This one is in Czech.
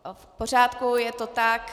V pořádku, je to tak...